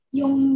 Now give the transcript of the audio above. yung